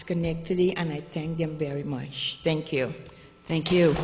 schenectady and i thank them very much thank you thank you